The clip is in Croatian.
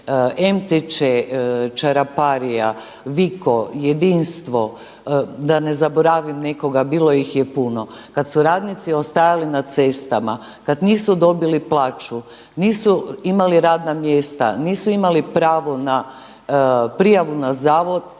MTČ Čaraparija, Viko, Jedinstvo da ne zaboravim nekoga bilo ih je puno, kada su radnici ostajali na cestama, kada nisu dobili plaću, nisu imali radna mjesta, nisu imali pravo na prijavu na zavod